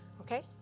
okay